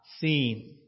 seen